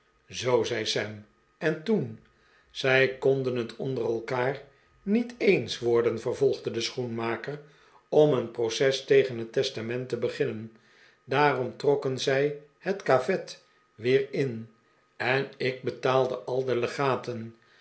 zoo zei sam en toen zij konden het onder elkaar niet eens worden vervolgde de schoenmaker om een proces tegen het testament te beginnen daarom trokken zij dat caveat weer in en ik betaalde al de legaten